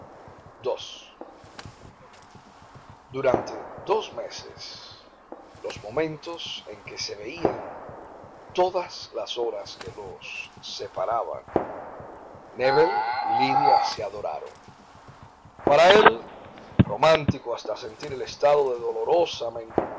ii durante dos meses todos los momentos en que se veían todas las horas que los separaban nébel y lidia se adoraron para él romántico hasta sentir el estado de